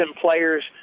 players